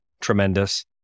tremendous